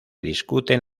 discuten